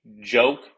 joke